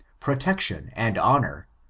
protection and honor,